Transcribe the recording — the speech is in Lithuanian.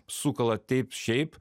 sukala taip šiaip